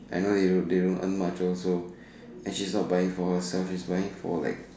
I know you they won't earn much also and she's not buying for herself she's buying for like